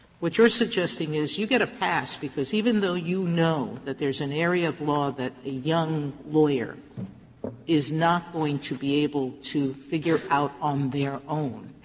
what you are suggesting is you get a pass because, even though you know that there's an area of law that a young lawyer is not going to be able to figure out on their own,